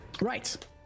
Right